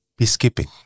peacekeeping